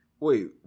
Wait